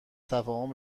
تفاهم